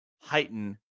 heighten